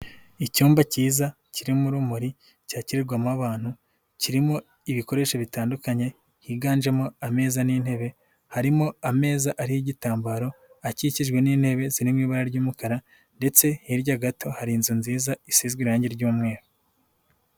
Icyumba cyiza, kirimo urumuri cyakirirwamo abantu, kirimo ibikoresho bitandukanye, higanjemo ameza n'intebe, harimo ameza ariho igitambaro, akikijwe n'intebe z'i ibara ry'umukara ndetse hirya gato hari inzu nziza isizwe irangi ry'umweru.